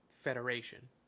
Federation